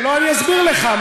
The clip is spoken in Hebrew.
אני אסביר לך.